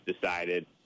decided